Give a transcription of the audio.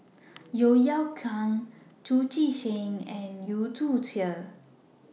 Yeo Yeow Kwang Chu Chee Seng and Yu Zhuye